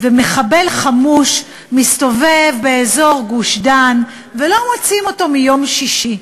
ומחבל חמוש מסתובב באזור גוש-דן ולא מוצאים אותו מאז יום שישי,